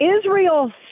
Israel